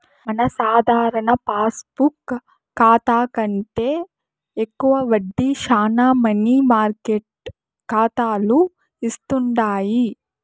మన సాధారణ పాస్బుక్ కాతా కంటే ఎక్కువ వడ్డీ శానా మనీ మార్కెట్ కాతాలు ఇస్తుండాయి